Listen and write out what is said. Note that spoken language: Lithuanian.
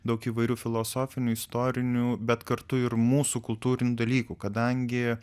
daug įvairių filosofinių istorinių bet kartu ir mūsų kultūrinių dalykų kadangi